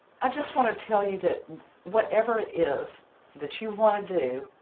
i just want to tell you that whatever it is that you want to do,